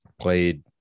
Played